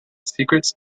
secrets